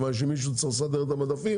שצריכים לדאוג למי שיסדר את המדפים